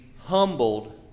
humbled